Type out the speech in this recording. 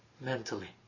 mentally